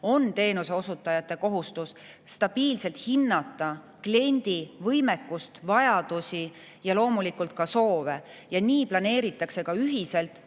ning teenuseosutajad on kohustatud stabiilselt hindama kliendi võimekust, vajadusi ja loomulikult ka soove. Ja nii planeeritakse ühiselt